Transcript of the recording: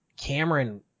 Cameron